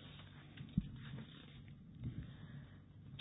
पर्वतारोही